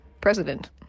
president